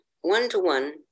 one-to-one